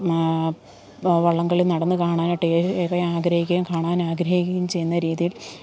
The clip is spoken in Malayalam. വള്ളംകളി നടന്നുകാണാനായിട്ട് ഏറെ ആഗ്രഹിക്കുകയും കാണാനാഗ്രഹിക്കുകയും ചെയ്യുന്ന രീതിയിൽ